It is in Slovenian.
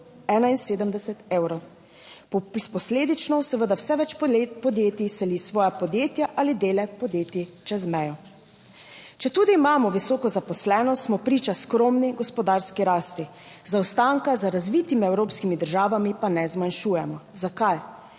171 evrov. Posledično seveda vse več podjetij seli svoja podjetja ali dele podjetij čez mejo. Četudi imamo visoko zaposlenost, smo priča skromni gospodarski rasti, zaostanka za razvitimi evropskimi državami pa ne zmanjšujemo. Zakaj?